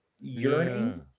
yearning